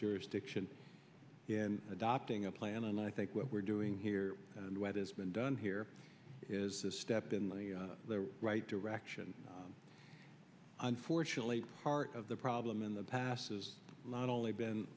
jurisdiction in adopting a plan and i think what we're doing here and whether it's been done here is a step in the right direction unfortunately part of the problem in the past has not only been